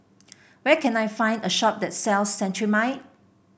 where can I find a shop that sells Cetrimide